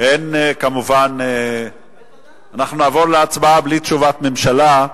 אנחנו נעבור להצבעה, בלי תשובת ממשלה.